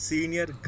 Senior